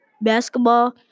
basketball